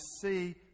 see